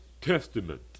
Testament